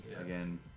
again